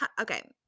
okay